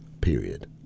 period